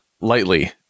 lightly